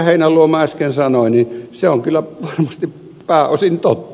heinäluoma äsken sanoi on kyllä varmasti pääosin totta